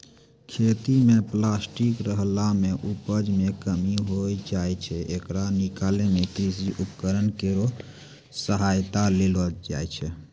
खेत म प्लास्टिक रहला सें उपज मे कमी होय जाय छै, येकरा निकालै मे कृषि उपकरण केरो सहायता लेलो जाय छै